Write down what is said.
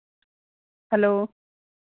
hello